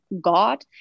god